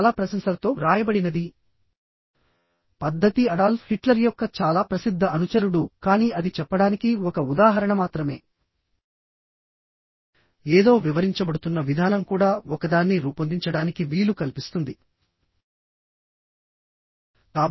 కాబట్టిచాలా ప్రశంసలతో వ్రాయబడినది పద్ధతి అడాల్ఫ్ హిట్లర్ యొక్క చాలా ప్రసిద్ధ అనుచరుడు కానీ అది చెప్పడానికి ఒక ఉదాహరణ మాత్రమే ఏదో వివరించబడుతున్న విధానం కూడా ఒకదాన్ని రూపొందించడానికి వీలు కల్పిస్తుంది మీలో సానుకూల పక్షపాతం ఉంది